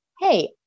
hey